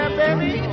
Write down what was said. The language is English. baby